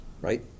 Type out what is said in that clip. right